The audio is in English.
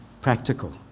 practical